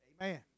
Amen